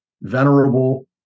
venerable